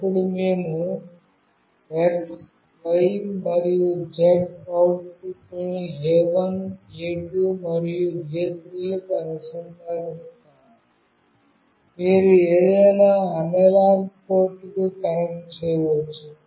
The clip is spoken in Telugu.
అప్పుడు మేము X Y మరియు Z అవుట్పుట్లను A1 A2 మరియు A3 లకు అనుసంధానిస్తాము మీరు ఏదైనా అనలాగ్ పోర్ట్కు కనెక్ట్ చేయవచ్చు